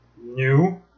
new